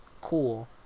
cool